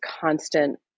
constant